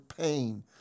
pain